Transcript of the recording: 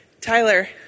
Tyler